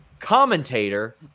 commentator